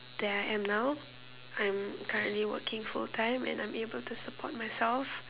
that I am now I'm currently working full time and I'm able to support myself